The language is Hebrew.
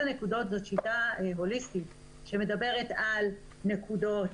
זו שיטה הוליסטית שמדברת על נקודות,